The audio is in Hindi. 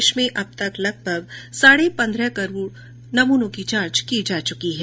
देश में अब तक लगभग साढ़े पन्द्रह करोड़ नमूनों की जांच की जा चुकी है